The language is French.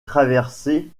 traverser